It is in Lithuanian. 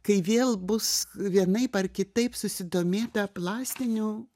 kai vėl bus vienaip ar kitaip susidomėta plastiniu